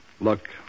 Look